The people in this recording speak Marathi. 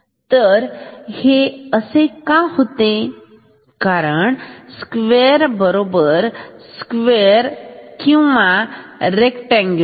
तर हे असे का होते कारण स्क्वेअर बरोबर स्क्वेअर किंवा रेक्टांगुलार